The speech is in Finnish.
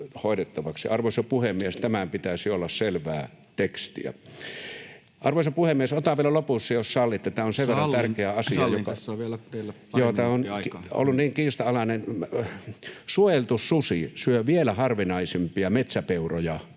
Arvoisa puhemies, tämän pitäisi olla selvää tekstiä. Arvoisa puhemies, otan vielä lopuksi tämän, jos sallitte, tämä on sen verran tärkeä asia. Joo. — Tämä on ollut niin kiistanalainen. ”Suojeltu susi syö vielä harvinaisempia metsäpeuroja